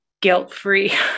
guilt-free